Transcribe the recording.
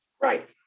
Right